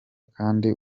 kandi